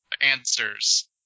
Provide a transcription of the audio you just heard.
answers